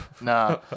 Nah